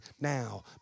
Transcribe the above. now